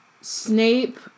Snape